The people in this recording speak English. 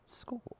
school